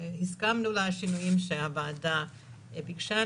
והסכמנו לשינויים שהוועדה ביקשה,